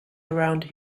around